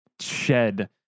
shed